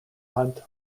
hunt